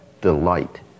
delight